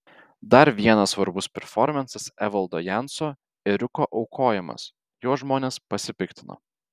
dar vienas svarbus performansas evaldo janso ėriuko aukojimas juo žmonės pasipiktino